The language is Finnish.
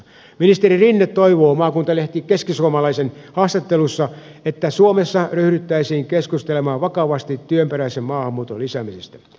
ministeri rinne toivoo maakuntalehti keskisuomalaisen haastattelussa että suomessa ryhdyttäisiin keskustelemaan vakavasti työperäisen maahanmuuton lisäämisestä